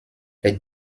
les